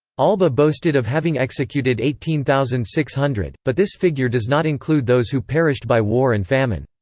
alba boasted of having executed eighteen thousand six hundred, but this figure does not include those who perished by war and famine.